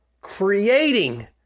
creating